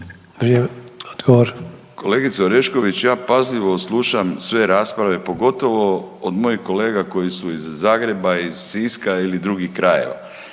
Kolegice Orešković, ja pažljivo slušam sve rasprave, pogotovo od mojih kolega koji su iz Zagreba, iz Siska ili drugih krajeva.